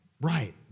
Right